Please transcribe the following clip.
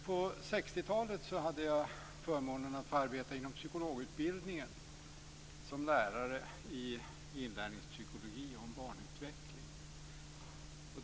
På 60-talet hade jag förmånen att arbeta inom psykologutbildningen som lärare i inlärningspsykologi och om barnutveckling.